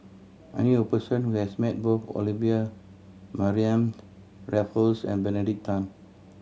I knew a person who has met both Olivia Mariamne Raffles and Benedict Tan